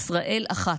ישראל אחת,